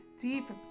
deep